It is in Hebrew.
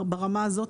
ברמה הזאת,